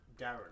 Darren